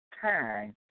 time